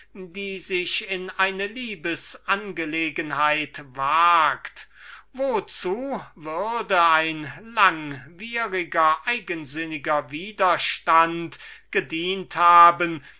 die sich in eine liebes angelegenheit waget wozu würde ein langwieriger eigensinniger widerstand gedient haben